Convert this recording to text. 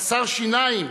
חסר שיניים,